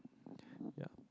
yeah